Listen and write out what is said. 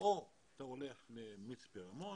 או למצפה רמון